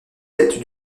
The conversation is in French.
tête